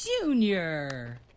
Junior